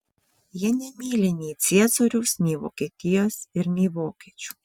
jie nemyli nei ciesoriaus nei vokietijos ir nei vokiečių